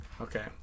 okay